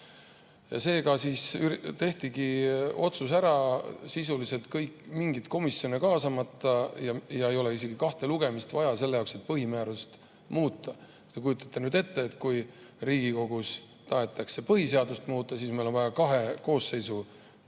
Seega siis tehtigi otsus ära, sisuliselt mingeid komisjone kaasamata, ja ei ole isegi kahte lugemist vaja selle jaoks, et põhimäärust muuta. Kujutage nüüd ette. Kui Riigikogus tahetakse põhiseadust muuta, siis on vaja isegi kahe koosseisu